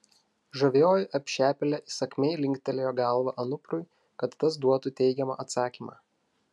žavioji apšepėlė įsakmiai linktelėjo galva anuprui kad tas duotų teigiamą atsakymą